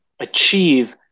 achieve